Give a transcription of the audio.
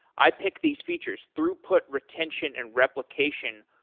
i pick these features throughput, retention, and replication,